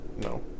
no